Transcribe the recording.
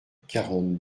quarante